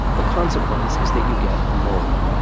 the consequence is that you get a mole,